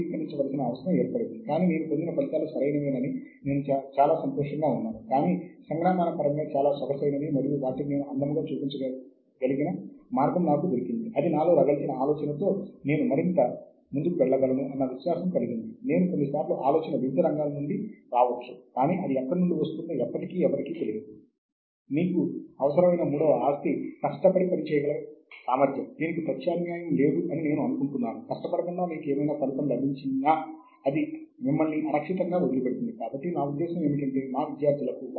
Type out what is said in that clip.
దీని పై మనము దృష్టి పెట్టాలి సాధారణంగా కాన్ఫరెన్స్ ప్రొసీడింగ్స్ను సూచిస్తున్నప్పుడు సాధారణంగా ISSN సంఖ్యను కలిగి ఉంటుంది